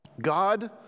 God